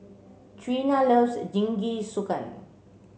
Treena loves Jingisukan